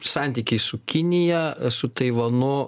santykiai su kinija su taivanu